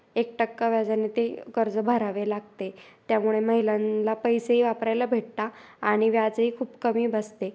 एक टक्का व्याजाने ते कर्ज भरावे लागते त्यामुळे महिलांना पैसेही वापरायला भेटता आणि व्याजही खूप कमी बसते